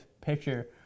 picture